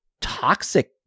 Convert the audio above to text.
toxic